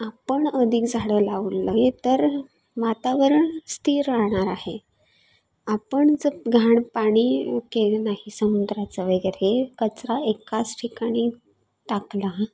आपण अधिक झाडं लावली तर वातावरण स्थिर राहणार आहे आपण जर घाण पाणी केलं नाही समुद्राचं वगैरे कचरा एकाच ठिकाणी टाकला